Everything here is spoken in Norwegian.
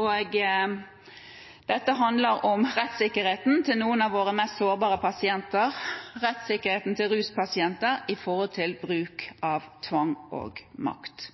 år. Dette handler om rettsikkerheten til noen av våre mest sårbare pasienter: rettsikkerheten til ruspasienter når det gjelder bruk av tvang og makt.